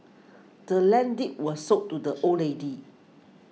the land's deed was sold to the old lady